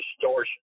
distortion